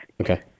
Okay